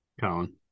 Colin